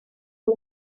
all